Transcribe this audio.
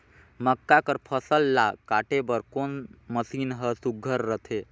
मक्का कर फसल ला काटे बर कोन मशीन ह सुघ्घर रथे?